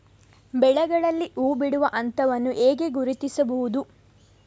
ಬೆಳೆಗಳಲ್ಲಿ ಹೂಬಿಡುವ ಹಂತವನ್ನು ಹೇಗೆ ಗುರುತಿಸುವುದು?